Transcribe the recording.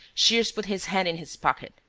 shears put his hand in his pocket.